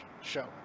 show